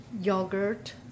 yogurt